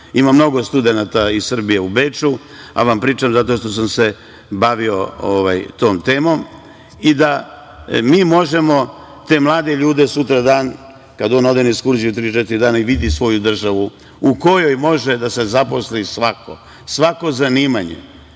ima mnogo studenata iz Srbije u Beču, to vam pričam zato što sam se bavio tom temom i da mi možemo te mlade ljude sutradan, kada on ode na ekskurziju, tri, četiri dana i vidi svoju državu, u kojoj može da se zaposli svako, svako zanimanje. Pa,